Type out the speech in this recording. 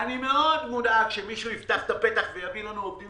אני מאוד מודאג שמישהו יפתח את הפתח ויביא לנו עובדים